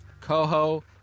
coho